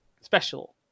special